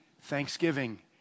thanksgiving